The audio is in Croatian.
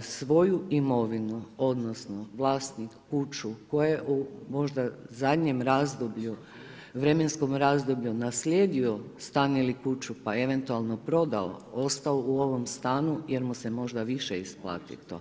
svoju imovinu, odnosno vlasnik kuću koja je možda u zadnjem razdoblju, vremenskom razdoblju naslijedio stan ili kuću pa eventualno prodao, ostao u ovom stanu jer mu se možda više isplati to.